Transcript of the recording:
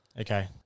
Okay